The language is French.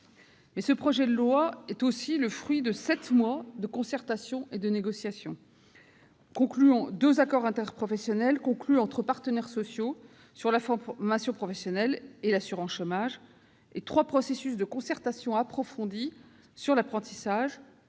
Mais ce projet de loi est aussi le fruit de sept mois de concertations et de négociations, de deux accords interprofessionnels conclus entre partenaires sociaux sur la formation professionnelle et l'assurance chômage, et de trois processus de concertation approfondie sur l'apprentissage,